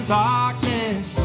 darkness